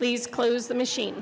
please close the machine